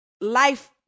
life